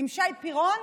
בשי פירון,